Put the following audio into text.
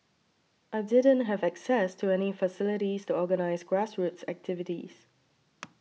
I didn't have access to any facilities to organise grassroots activities